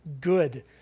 good